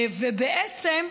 בעצם,